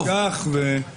אל